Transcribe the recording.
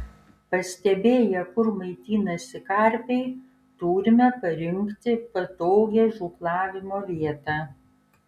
pastebėję kur maitinasi karpiai turime parinkti patogią žūklavimo vietą